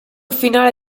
finale